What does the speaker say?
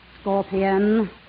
Scorpion